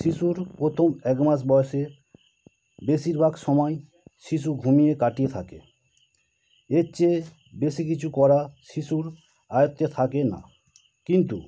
শিশুর প্রথম একমাস বয়সে বেশিরভাগ সময় শিশু ঘুমিয়ে কাটিয়ে থাকে এর চেয়ে বেশি কিছু করা শিশুর আয়ত্তে থাকে না কিন্তু